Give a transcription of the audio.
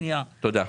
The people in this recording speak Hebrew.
תודה.